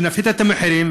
שנפחית את המחירים,